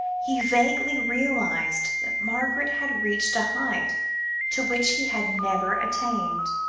he vaguely realised that margaret had reached a height to which he had never attained.